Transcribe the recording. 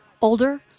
older